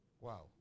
Wow